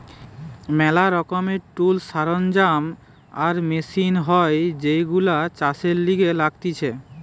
ম্যালা রকমের টুলস, সরঞ্জাম আর মেশিন হয় যেইগুলো চাষের লিগে লাগতিছে